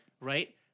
right